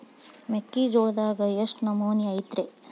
ಮೆಕ್ಕಿಜೋಳದಾಗ ಎಷ್ಟು ನಮೂನಿ ಐತ್ರೇ?